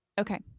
Okay